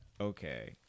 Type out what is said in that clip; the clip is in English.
Okay